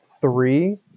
three